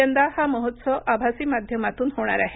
यंदा हा महोत्सव आभासी माध्यमातून होणार आहे